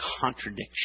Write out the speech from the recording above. contradiction